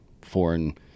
foreign